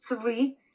three